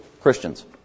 Christians